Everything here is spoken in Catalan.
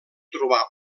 trobar